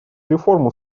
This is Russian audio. реформу